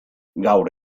gaur